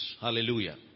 Hallelujah